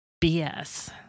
BS